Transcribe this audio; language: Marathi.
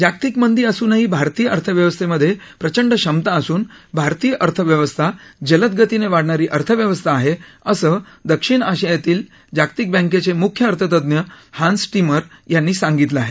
जागतिक मंदी असूनही भारतीय अर्थव्यवस्थेमधे प्रचंड क्षमता असून भारतीय अर्थव्यवस्था जलद्गतीने वाढणारी अर्थव्यवस्था आहे असं दक्षिण आशियातील जागतिक बँकेघे मुख्य अर्थतज्ञ हांस टिम्मर यांनी सांगितलं आहे